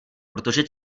protože